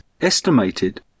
estimated